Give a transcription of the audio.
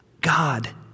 God